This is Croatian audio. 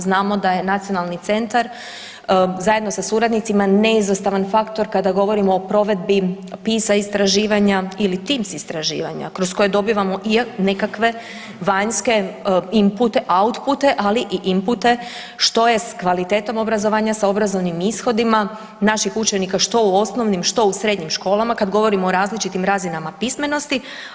Znamo da je nacionalni centar zajedno sa suradnicima neizostavan faktor kada govorimo o provedbi PISA istraživanja ili TIMSS istraživanja kroz koje dobivamo nekakve vanjske inpute, autpute, ali i inpute što je s kvalitetom obrazovanja, sa obrazovnim ishodima naših učenika što u osnovnim što u srednjim školama kada govorimo o različitim razinama pismenosti.